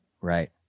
right